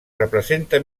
representa